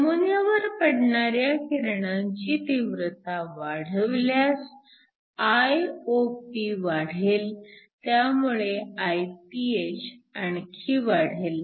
नमुन्यावर पडणाऱ्या किरणांची तीव्रता वाढविल्यास Iop वाढेल त्यामुळे Iph आणखी वाढेल